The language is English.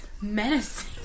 menacing